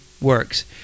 works